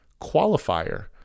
qualifier